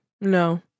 No